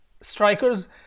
strikers